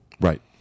Right